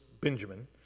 Benjamin